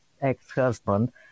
ex-husband